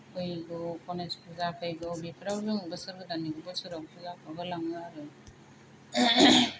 फैगौ गनेस फुजा फैगौ बेफोराव जों बोसोर गोदाननि बोसोराव फुजाखौ होलाङो आरो